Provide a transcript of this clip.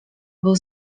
był